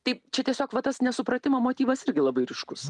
tai čia tiesiog va tas nesupratimo motyvas irgi labai ryškus